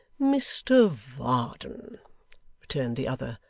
mr varden returned the other,